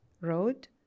road